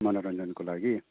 मनोरञ्जनको लागि